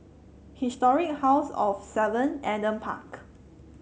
Historic House of Seven Adam Park